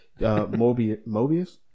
Mobius